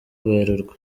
werurwe